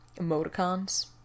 Emoticons